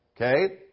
Okay